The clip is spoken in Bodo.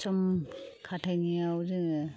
सम खाथायनायाव जोङो